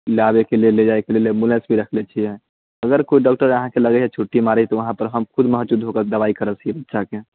लाबैके लेल लऽ जाएके लेल अगर कोइ डॉक्टर अहाँकेँ लगैया छुट्टी मारैत छै तऽ वहाँ पर हम खुद मौजूद होकर दवा करैत छियै बच्चाके